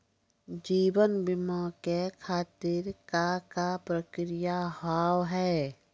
जीवन बीमा के खातिर का का प्रक्रिया हाव हाय?